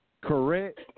Correct